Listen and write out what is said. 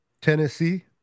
Tennessee